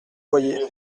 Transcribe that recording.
boyer